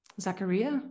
Zachariah